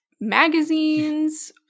magazines